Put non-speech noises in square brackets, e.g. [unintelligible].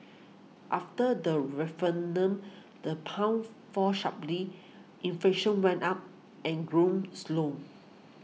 after the [unintelligible] the pound fall sharply inflation went up and growth slowed